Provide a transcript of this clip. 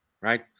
Right